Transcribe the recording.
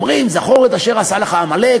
אומרים: זכור את אשר עשה לך עמלק,